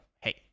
hey